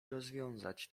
rozwiązać